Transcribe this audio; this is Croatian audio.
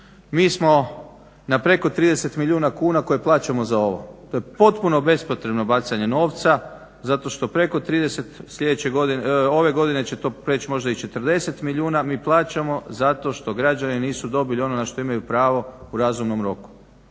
mi smo na preko 30 milijuna kuna koje plaćamo za ovo, to je potpuno bespotrebno bacanje novca, zato što preko 30 sljedeće godine, ove godine će to preći možda i 40 milijuna, mi plaćamo zato što građani nisu dobili ono na što imaju pravo u razumnom roku,